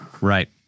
Right